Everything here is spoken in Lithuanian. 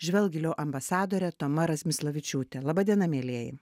žvelk giliau ambasadorė toma razmislavičiūtė laba diena mielieji